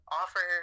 offer